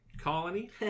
colony